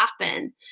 happen